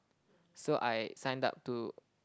so I signed up to